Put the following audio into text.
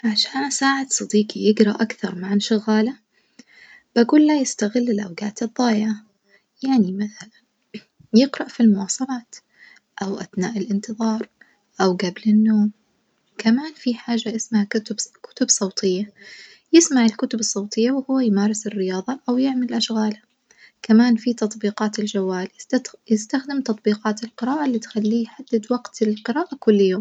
عشان أساعد صديجي يجرا أكثر مع انشغاله بجوله يستغل الأوجات الظايعة، يعني مثلًا يقرأ في المواصلات أوأثناء الإنتظار أو جبل النوم، كمان في حاجة اسمها كتب صوتية يسمع الكتب الصوتية وهو يمارس الرياظة أو يعمل أشغاله، كمان في تطبيقات الجوال يستتخ يستخدم تطبيقات القراءة اللي تخليه يحدد وقت القراءة كل يوم.